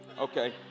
okay